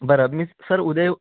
बरं मी सर उद्या येऊ